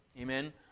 amen